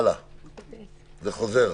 " "(7)